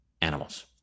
animals